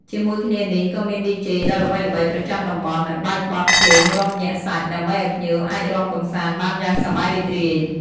ជាមួយគ្នានេះ ក៏មាន ឌីជេ ដ៏ល្បីៗប្រចាំតំបន់ដែលបើកបទភ្លេងរាំញាក់សាច់ ដើម្បីឲ្យភ្ញៀវអាចរាំកម្សាន្តបានយ៉ាងសប្បាយរីករាយ។